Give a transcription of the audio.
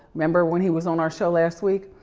remember when he was on our show last week?